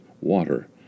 water